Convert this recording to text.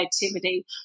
creativity